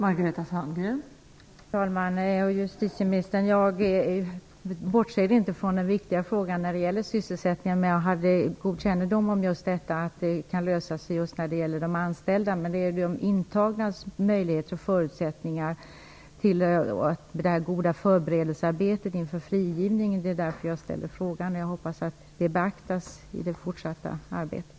Fru talman! Justitieministern! Jag bortser inte från den viktiga frågan om sysselsättningen, men jag hade kännedom om att problemet kanske kunde lösa sig just vad gäller de anställda. Det jag ville ta upp i min fråga var däremot de intagnas möjligheter och förutsättningar för ett förberedelsearbete inför frigivningen. Jag hoppas att detta beaktas i det fortsatta arbetet.